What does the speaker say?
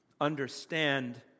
understand